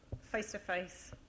face-to-face